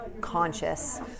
conscious